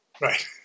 Right